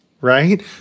right